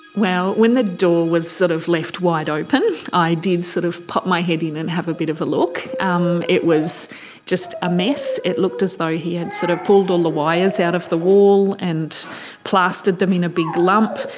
well when the door was sort of left wide open i did sort of pop my head in and have a bit of a look. um it was just a mess. it looked as though he had sort of pulled all the wires out of the wall and plastered them in a big lump.